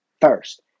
first